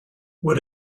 what